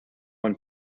one